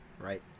right